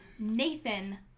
Nathan